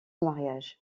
mariage